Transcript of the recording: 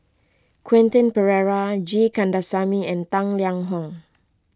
Quentin Pereira G Kandasamy and Tang Liang Hong